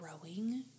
growing